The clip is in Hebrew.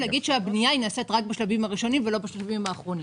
שהבנייה נעשית רק בשלבים הראשונים ולא בשלבים האחרונים.